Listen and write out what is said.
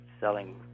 selling